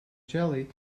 jelly